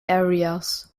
areas